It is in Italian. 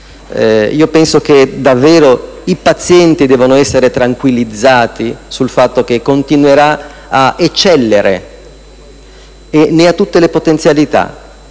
Nazione e che i pazienti debbano essere tranquillizzati sul fatto che continuerà ad eccellere, perché ne ha tutte le potenzialità.